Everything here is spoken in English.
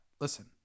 listen